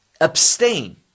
abstain